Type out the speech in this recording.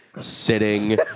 Sitting